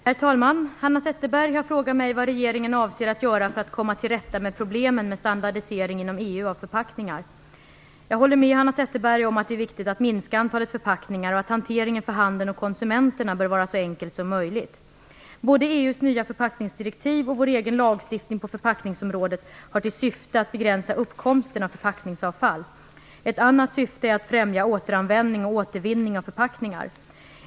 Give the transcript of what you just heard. Herr talman! Hanna Zetterberg har frågat mig vad regeringen avser att göra för att komma till rätta med problemen med standardisering inom EU av förpackningar. Jag håller med Hanna Zetterberg om att det är viktigt att minska antalet förpackningar och att hanteringen för handeln och konsumenterna bör vara så enkel som möjligt. Både EU:s nya förpackningsdirektiv och vår egen lagstiftning på förpackningsområdet har till syfte att begränsa uppkomsten av förpackningsavfall. Ett annat syfte är att främja återanvändning och återvinning av förpackningar.